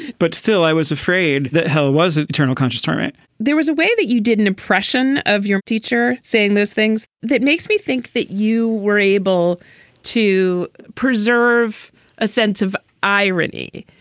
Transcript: but still, i was afraid that hell wasn't eternal conscious torment there was a way that you did an impression of your teacher saying those things. that makes me think that you were able to preserve a sense of irony.